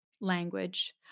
language